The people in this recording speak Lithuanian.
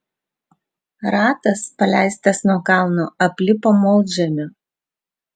ratas paleistas nuo kalno aplipo molžemiu